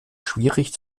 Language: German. schwierig